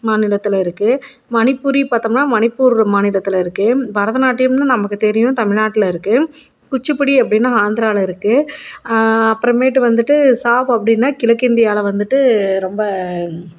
மாநிலத்தில் இருக்குது மணிப்பூரி பார்த்தோம்னா மணிப்பூர் மாநிலத்தில் இருக்குது பரதநாட்டியம்னு நமக்குத் தெரியும் தமிழ்நாட்ல இருக்குது குச்சுப்புடி அப்படின்னு ஆந்திராவில் இருக்குது அப்புறமேட்டு வந்துட்டு சாப் அப்படின்னா கிழக்கிந்தியால வந்துட்டு ரொம்ப